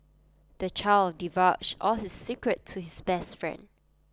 the child divulged all his secrets to his best friend